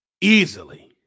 Easily